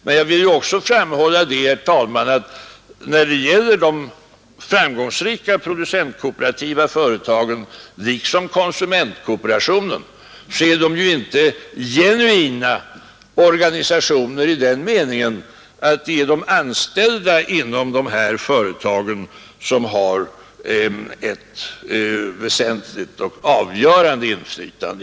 Men jag vill också framhålla att de framgångsrika producentkooperativa företagen liksom konsumentkooperationen ju inte är genuina organisationer i den meningen att de anställda inom dessa företag har ett i varje fall väsentligt och avgörande inflytande.